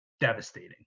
devastating